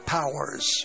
Powers